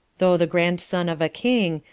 though the grandson of a king,